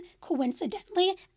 coincidentally